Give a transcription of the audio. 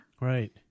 Right